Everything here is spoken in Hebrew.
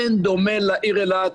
אין דומה לעיר אילת,